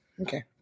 Okay